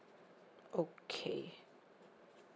okay